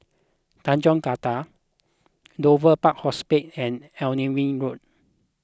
Tanjong Katong Dover Park Hospice and Alnwick Road